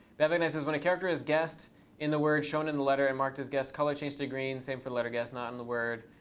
bhavik knight says, when a character is guessed in the word, shown in the letter, and marked as guessed, color change to green. same for letter guessed not in the word.